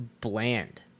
bland